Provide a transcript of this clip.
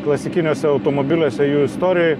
klasikiniuose automobiliuose jų istorijoj